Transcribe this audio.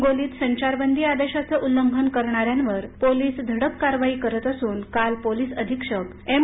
हिंगोली संचारबंदी आदेशाचं उल्लंघन करणाऱ्यावर पोलीस धडक कारवाई करत असून काल पोलीस अधीक्षक एम